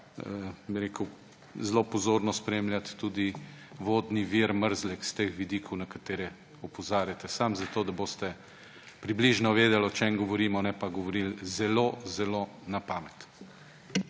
zelo pozorno spremljati tudi vodni vir Mrzlek s teh vidikov, na katere opozarjate. Samo zato, da boste približno vedeli, o čem govorimo, ne pa govorili zelo, zelo na pamet.